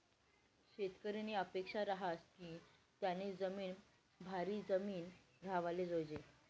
शेतकरीनी अपेक्सा रहास की त्यानी जिमीन भारी जिमीन राव्हाले जोयजे